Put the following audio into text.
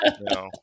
no